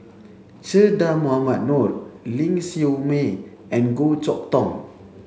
Che Dah Mohamed Noor Ling Siew May and Goh Chok Tong